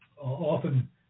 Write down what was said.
often